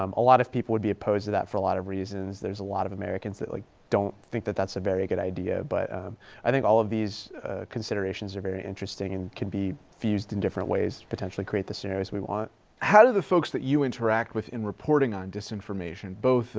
um a lot of people would be opposed to that for a lot of reasons. there's a lot of americans that like, don't think that that's a very good idea. but i think all of these considerations are very interesting and can be fused in different ways, potentially create the scenarios that we want. heffner how do the folks that you interact with in reporting on disinformation, both